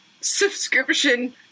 subscription